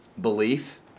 Belief